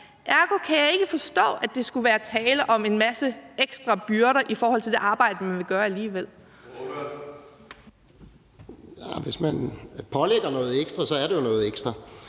Ergo kan jeg ikke forstå, at der skulle være tale om en masse ekstra byrder i forhold til det arbejde, man alligevel vil gøre. Kl. 15:57 Tredje næstformand